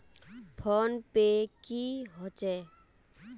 Phone पै की होचे?